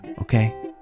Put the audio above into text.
okay